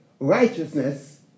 Righteousness